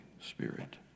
Spirit